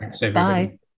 Bye